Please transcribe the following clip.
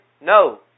no